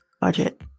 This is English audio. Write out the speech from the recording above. budget